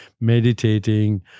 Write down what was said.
meditating